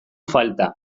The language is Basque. falta